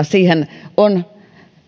siihen on